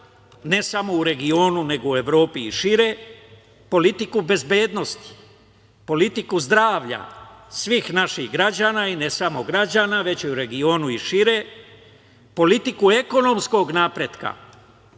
ne samo u regionu, nego u Evropi i šire, politiku bezbednosti, politiku zdravlja svih naših građana, i ne samo građana, već i u regionu i šire, politiku ekonomskog napretka,